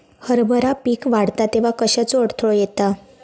हरभरा पीक वाढता तेव्हा कश्याचो अडथलो येता?